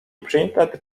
printed